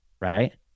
Right